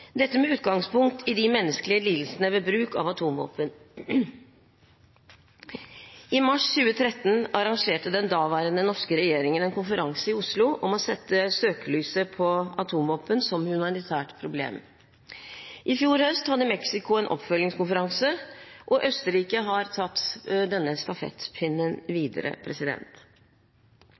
dette med utgangspunkt i de menneskelige lidelsene ved bruk av atomvåpen. I mars 2013 arrangerte den daværende norske regjeringen en konferanse i Oslo for å sette søkelyset på atomvåpen som humanitært problem. I fjor høst hadde Mexico en oppfølgingskonferanse, og Østerrike har tatt denne stafettpinnen videre.